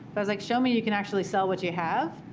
but i was like, show me you can actually sell what you have.